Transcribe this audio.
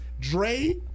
Dre